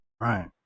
right